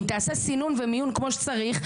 אם תעשה סינון ומיון כמו שצריך,